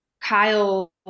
Kyle